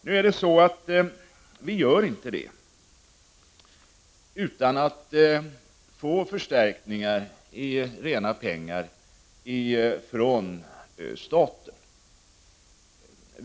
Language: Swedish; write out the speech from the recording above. Nu är det så att vi inte gör det utan att få förstärkningar i rena pengar från staten.